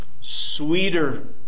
Sweeter